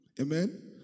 Amen